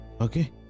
Okay